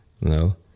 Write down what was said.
no